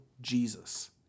Jesus